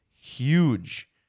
huge